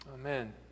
Amen